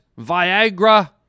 Viagra